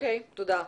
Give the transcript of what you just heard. תודה.